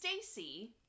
Stacy